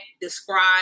describe